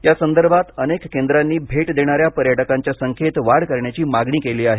या संदर्भात अनेक केंद्रांनी भेट देणाऱ्या पर्यटकांच्या संख्येत वाढ करण्याची मागणी केली आहे